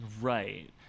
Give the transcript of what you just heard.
Right